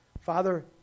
Father